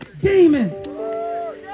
Demon